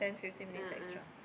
a'ah